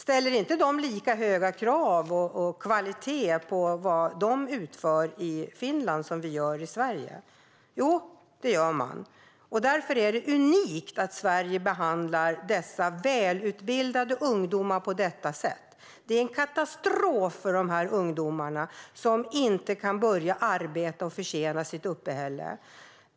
Ställer man inte lika höga krav i Finland på kvalitet på det som utförs som vi gör i Sverige? Jo, det gör man. Därför är det unikt att Sverige behandlar dessa välutbildade ungdomar på det här sättet. Det är en katastrof för ungdomarna, som inte kan börja arbeta och tjäna sitt uppehälle.